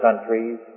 countries